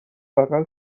بغل